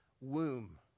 womb